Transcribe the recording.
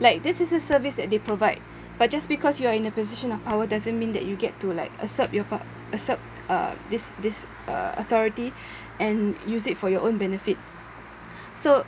like this is the service that they provide but just because you are in the position of power doesn't mean that you get to like assert your po~ assert uh this this uh authority and use it for your own benefit so